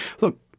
Look